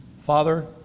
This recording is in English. Father